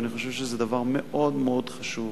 ואני חושב שזה דבר מאוד מאוד חשוב.